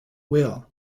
will